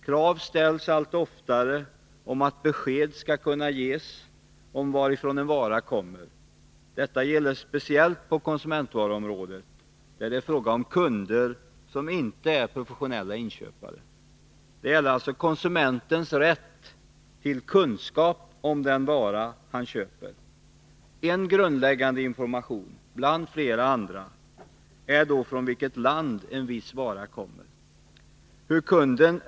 Krav ställs allt oftare att besked skall kunna ges om varifrån en vara kommer. Detta gäller speciellt på konsumentvaruområdet, där det är fråga om kunder som inte är professionella inköpare. Det gäller alltså konsumentens rätt till kunskap om den vara han köper. En grundläggande upplysning bland flera andra är då från vilket land en viss vara kommer.